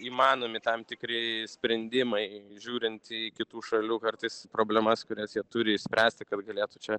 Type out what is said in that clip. įmanomi tam tikri sprendimai žiūrint į kitų šalių kartais problemas kurias jie turi išspręsti kad galėtų čia